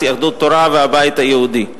יהדות התורה והבית היהודי,